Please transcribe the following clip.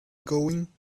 going